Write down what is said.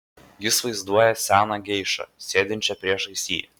jis vaizduoja seną geišą sėdinčią priešais jį